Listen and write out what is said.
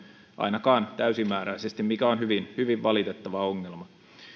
ainakaan täysimääräisesti mikä on hyvin hyvin valitettava ongelma